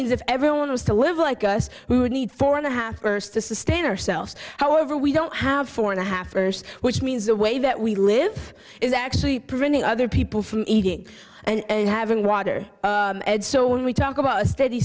means if everyone was to live like us we would need four and a half to sustain ourselves however we don't have four and a half hours which means the way that we live is actually preventing other people from eating and having water so when we talk about a steady